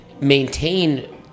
maintain